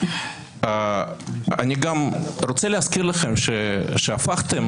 אני רוצה להזכיר לכם שהפכתם